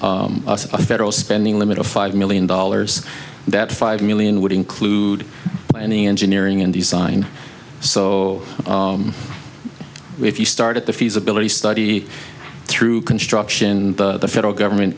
on federal spending limit of five million dollars that five million would include in the engineering and design so if you start at the feasibility study through construction the federal government